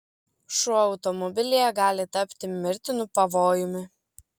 šuo automobilyje gali tapti mirtinu pavojumi